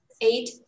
eight